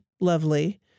lovely